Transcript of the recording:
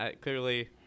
Clearly